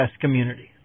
Community